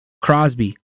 Crosby